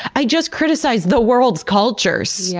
i just criticized the world's cultures. yeah